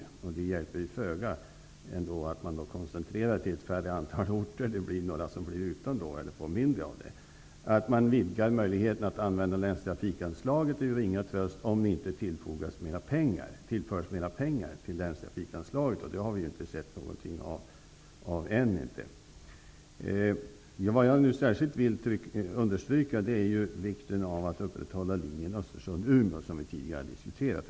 Det hjälper föga att man då koncentrerar dem till ett mindre antal orter. Då får några mindre eller blir utan. Att man vidgar möjligheterna att använda länstrafikanslaget är en ringa tröst, om det inte tillförs mera pengar till länstrafikanslaget, och det har vi ännu inte sett något av. Vad jag nu särskilt vill understryka är vikten av att upprätthålla linjen Östersund--Umeå, som vi tidigare har diskuterat.